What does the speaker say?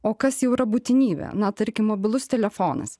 o kas jau yra būtinybė na tarkim mobilus telefonas